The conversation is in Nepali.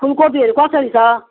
फूलकोपीहरू कसरी छ